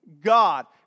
God